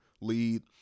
Lead